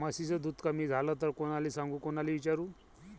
म्हशीचं दूध कमी झालं त कोनाले सांगू कोनाले विचारू?